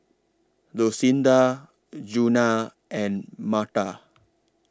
Lucinda Djuna and Myrta